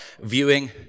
viewing